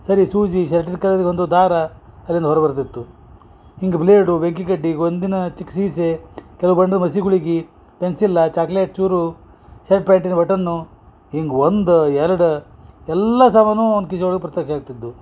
ಸರಿ ಸೂಜಿ ಒಂದು ದಾರ ಅದ್ರಿಂದ ಹೊರಬರ್ತಿತ್ತು ಹಿಂಗ ಬ್ಲೇಡು ಬೆಂಕಿಕಡ್ಡಿ ಗೊಂದಿನ ಚಿಕ್ಕ ಸೀಸೆ ಕೆಲವು ಬಂದು ಮಸಿ ಗುಳಗಿ ಪೆನ್ಸಿಲ್ಲಾ ಚಾಕ್ಲೆಟ್ ಚೂರು ಶರ್ಟ್ ಪ್ಯಾಂಟಿನ್ ಬಟನ್ನು ಹಿಂಗ ಒಂದು ಎರಡು ಎಲ್ಲಾ ಸಾಮಾನು ಅವ್ನ ಕಿಸಿ ಒಳಗ ಬರ್ತಕಾಯ್ತಿದ್ದು